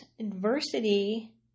adversity